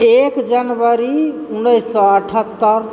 एक जनवरी उन्नैस सए अठहत्तर